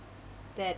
that